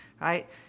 right